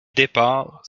départs